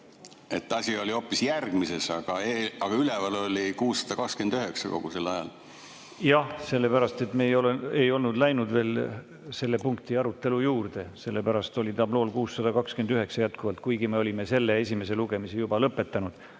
et asi oli hoopis järgmises punktis, aga üleval oli 629 kogu selle aja. Jah, sellepärast, et me ei olnud läinud veel selle punkti arutelu juurde. Sellepärast oli tablool jätkuvalt 629, kuigi me olime selle esimese lugemise lõpetanud.